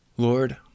Lord